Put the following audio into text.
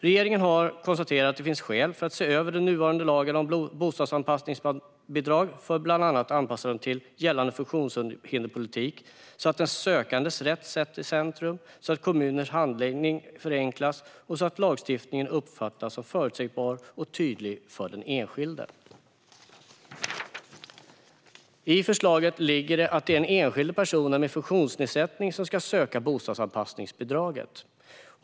Regeringen har konstaterat att det finns skäl att se över den nuvarande lagen om bostadsanpassningsbidrag för bland annat anpassning till gällande funktionshinderspolitik så att den sökandes rätt sätts i centrum, kommuners handläggning förenklas och lagstiftningen uppfattas som förutsägbar och tydlig för den enskilde. I förslaget ligger att det är den enskilda personen med funktionsnedsättning som ska söka bostadsanpassningsbidraget.